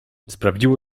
sprawdziło